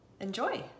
enjoy